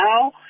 now